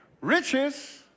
riches